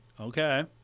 Okay